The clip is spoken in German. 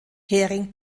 hering